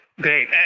great